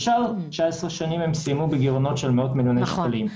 בשאר 19 השנים הן סיימו בגרעונות של מאות מיליוני שקלים.